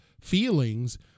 feelings